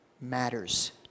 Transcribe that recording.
matters